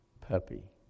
puppy